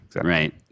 Right